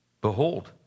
Behold